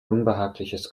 unbehagliches